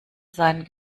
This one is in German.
seinen